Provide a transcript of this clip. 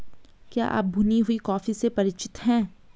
क्या आप भुनी हुई कॉफी से परिचित हैं?